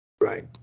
Right